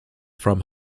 from